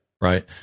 right